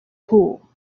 pool